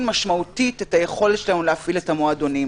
משמעותית את היכולת שלנו להפעיל את המועדונים.